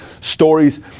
stories